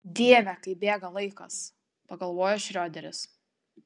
dieve kaip bėga laikas pagalvojo šrioderis